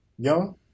Young